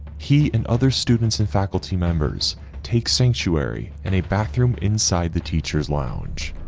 he and other students and faculty members take sanctuary in a bathroom inside the teachers lounge.